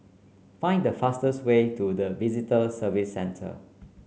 find the fastest way to the Visitor Services Centre